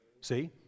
see